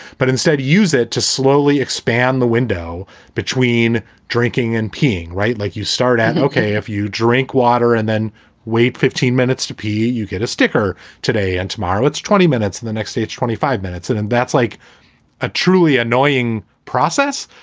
but instead use it to slowly expand the window between drinking and peeing. right. like, you start out ok if you drink water and then wait fifteen minutes to pee, you get a sticker today and tomorrow it's twenty minutes and the next day it's twenty five minutes. and that's like a truly annoying process.